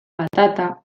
patata